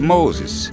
Moses